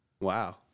Wow